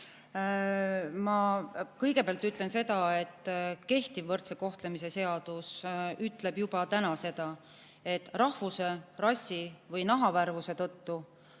Ma kõigepealt ütlen seda, et kehtiv võrdse kohtlemise seadus ütleb juba täna, et rahvuse, rassi või nahavärvuse tõttu